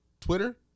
Twitter